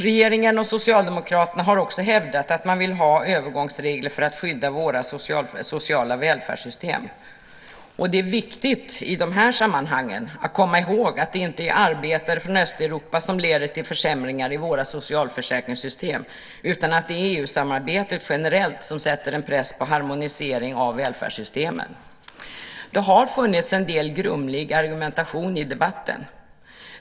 Regeringen och Socialdemokraterna har också hävdat att man vill ha övergångsregler för att skydda våra sociala välfärdssystem. Det är viktigt i de här sammanhangen att komma ihåg att det inte är arbetare från Östeuropa som leder till försämringar i våra socialförsäkringssystem utan att det är EU-samarbetet generellt som sätter press på en harmonisering av välfärdssystemen. Det har funnits en del grumlig argumentation i debatten.